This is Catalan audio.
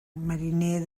mariner